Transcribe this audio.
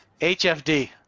hfd